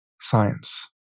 science